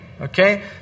okay